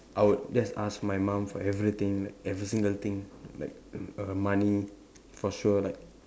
I would just ask my mom for everything like every single thing like err money for sure like